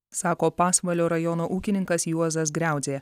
sako pasvalio rajono ūkininkas juozas griauzdė